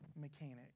mechanic